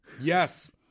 yes